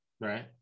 right